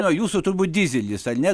na o jūsų turbūt dyzelis ar ne